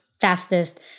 fastest